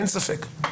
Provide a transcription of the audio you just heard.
אין ספק,